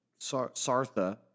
Sartha